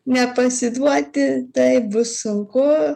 nepasiduoti taip bus sunku